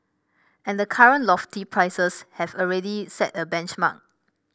and the current lofty prices have already set a benchmark